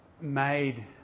made